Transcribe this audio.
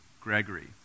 Gregory